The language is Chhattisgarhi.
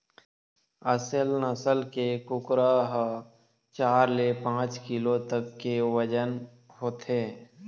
असेल नसल के कुकरा ह चार ले पाँच किलो तक के बजन होथे